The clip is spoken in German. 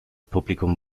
publikum